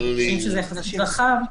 אנחנו חושבים שזה שימוש רחב.